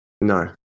no